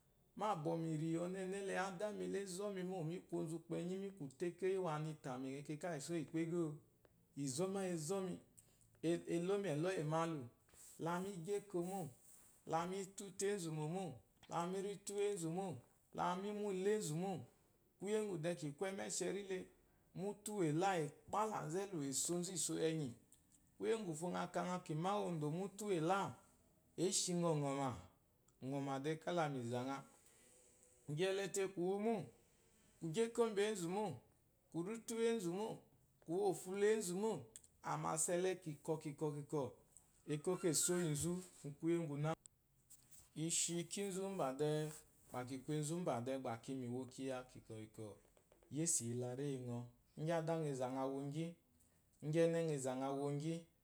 Mu bwo miri ɔnene adami la zomi mo mi ku onzu kpenyi mu tekeyi yi anu itama iyi iso yi ukpo ego? Ezoma iyi anzonmi elomi eloyi malu lami gyi eke molami tutu enzu momo lami molo enzu mo, kuye ngwu de kiku emeshiri le, mutu uwu eyila, ekpalanzu elu, econzu eso enyi kuye kufo ngha ka ngha ki ma wu odo mufu uwu eyila eshi ngɔ ungoma, ngɔma de, kala mili zangha gyeleteki gyi eko mbenzumo kiri utu uwenzumo, kiwo efolo wenzu mo, amasa ele kinkwo kinkwo ekwo kwo eso yi zu kuye nguna nguna eshi de ba kiku enzu de ba kiwo kiya kinkwo- kinkwo igyi adangha azangha wogui, igyi enegho azangha wo gyi.